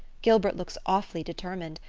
gilbert looks awfully determined.